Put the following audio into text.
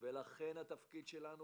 לכן תפקידנו,